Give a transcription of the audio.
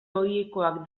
ohikoak